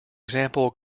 example